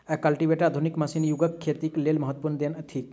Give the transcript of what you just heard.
cultivator आधुनिक मशीनी युगक खेतीक लेल महत्वपूर्ण देन थिक